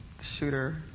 shooter